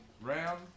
Ram